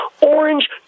orange